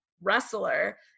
wrestler